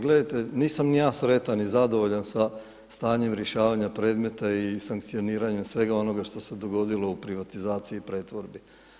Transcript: Gledajte nisam ni ja sretan ni zadovoljan sa stanjem rješavanja predmeta i sankcioniranje svega onoga što se dogodilo u privatizaciji i pretvorbi.